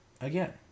again